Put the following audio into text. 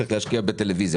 צריך להשקיע בטלוויזיה,